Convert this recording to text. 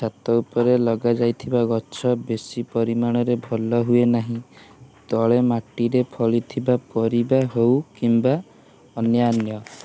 ଛାତ ଉପରେ ଲଗା ଯାଇଥିବା ଗଛ ବେଶୀ ପରିମାଣରେ ଭଲ ହୁଏ ନାହିଁ ତଳେ ମାଟିରେ ଫଳିଥିବା ପରିବା ହେଉ କିମ୍ବା ଅନ୍ୟାନ୍ୟ